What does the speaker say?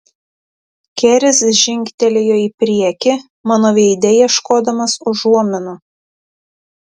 keris žingtelėjo į priekį mano veide ieškodamas užuominų